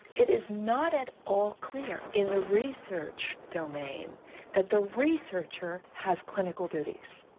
it is not at all clear in the research domain that the researcher has clinical duties.